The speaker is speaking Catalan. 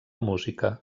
música